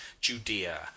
Judea